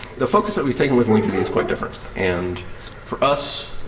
the focus that we've taken with linkerd is quite different. and for us,